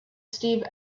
steve